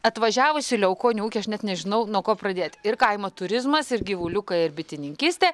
atvažiavus į liaukonių ūkį aš net nežinau nuo ko pradėt ir kaimo turizmas ir gyvuliukai ir bitininkystė